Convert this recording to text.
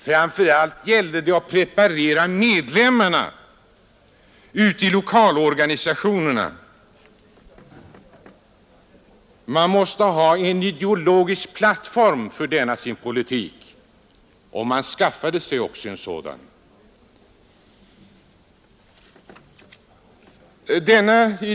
Framför allt gällde det att preparera medlemmarna ute i lokalorganisationerna. Man måste ha en ideologisk plattform för denna sin politik, och man skaffade sig också en sådan.